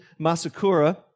Masakura